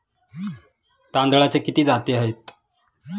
तांदळाच्या किती जाती आहेत?